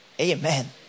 Amen